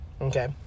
Okay